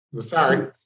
Sorry